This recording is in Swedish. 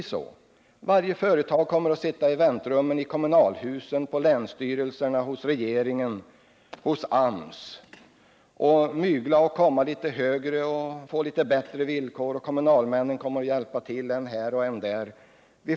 Från varje företag kommer man att sitta i väntrummen i kommunalhusen, på länsstyrelserna, hos regeringen och hos AMS. Man kommer att försöka få litet bättre villkor. Kommunalmännen kommer att hjälpa till än här och än där.